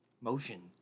Motion